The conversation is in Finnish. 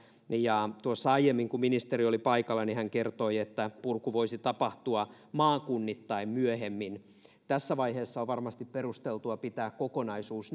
ja tuossa aiemmin kun ministeri oli paikalla hän kertoi että purku voisi tapahtua maakunnittain myöhemmin tässä vaiheessa on varmasti perusteltua pitää kokonaisuus